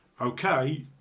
Okay